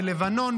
בלבנון,